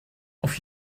auf